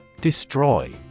Destroy